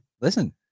Listen